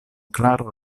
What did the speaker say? klaro